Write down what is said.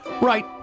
Right